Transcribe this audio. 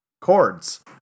chords